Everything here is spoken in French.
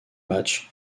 match